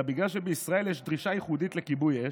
אלא בגלל שבישראל יש דרישה ייחודית לכיבוי אש,